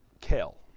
kale.